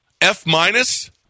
F-minus